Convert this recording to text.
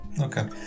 Okay